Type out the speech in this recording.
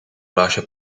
glaasje